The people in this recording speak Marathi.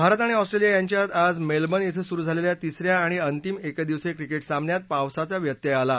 भारत आणि ऑस्ट्रेलिया यांच्यात आज मेलबर्न इथं सुरू झालेल्या तिसऱ्या आणि अंतिम एकदिवसीय क्रिकेट सामन्यात पावसाचा व्यत्यय आला आहे